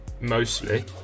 mostly